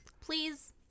please